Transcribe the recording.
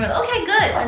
ah okay, good!